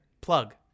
Plug